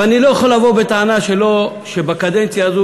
אבל אני לא יכול לבוא בטענה שבקדנציה הזאת